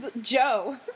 Joe